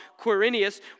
Quirinius